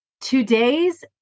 Today's